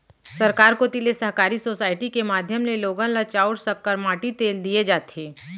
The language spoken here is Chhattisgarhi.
सरकार कोती ले सहकारी सोसाइटी के माध्यम ले लोगन ल चाँउर, सक्कर, माटी तेल दिये जाथे